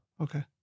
Okay